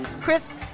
Chris